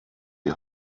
die